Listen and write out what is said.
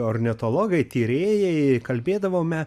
ornitologai tyrėjai kalbėdavome